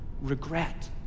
regret